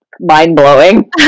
mind-blowing